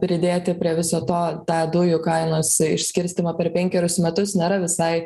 pridėti prie viso to tą dujų kainos išskirstymą per penkerius metus nėra visai